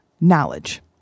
knowledge